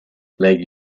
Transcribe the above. flag